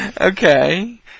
Okay